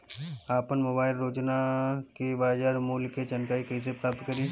आपन मोबाइल रोजना के बाजार मुल्य के जानकारी कइसे प्राप्त करी?